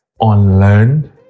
unlearned